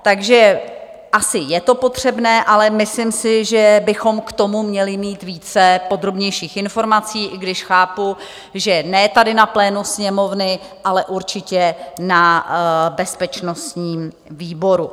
Takže asi je to potřebné, ale myslím si, že bychom k tomu měli mít více podrobnějších informací, i když chápu, že ne tady na plénu Sněmovny, ale určitě na bezpečnostním výboru.